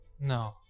No